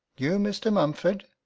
you mr. mumford?